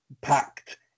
packed